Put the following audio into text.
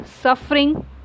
suffering